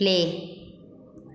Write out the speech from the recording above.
play